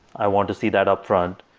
i want to see that upfront,